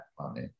money